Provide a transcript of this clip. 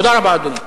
תודה רבה, אדוני.